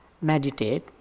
meditate